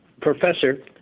professor